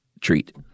treat